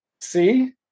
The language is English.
See